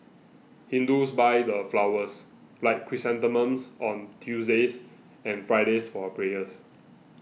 hindus buy the flowers like chrysanthemums on Tuesdays and Fridays for prayers